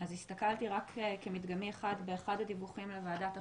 אז הסתכלתי רק כמדגמי אחד באחד הדיווחים לוועדת החוקה,